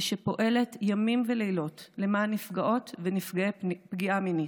ושפועלת ימים ולילות למען נפגעות ונפגעי פגיעה מינית.